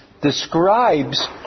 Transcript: describes